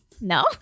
No